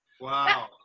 Wow